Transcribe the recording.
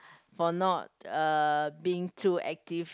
for not uh being too active